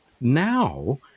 now